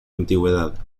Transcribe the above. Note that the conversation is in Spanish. antigüedad